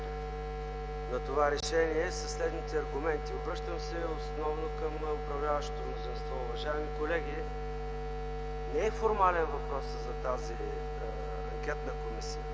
на това решение, със следните аргументи. Обръщам се основно към управляващото мнозинство. Уважаеми колеги, не е формален въпросът за тази анкетна комисия.